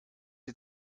sie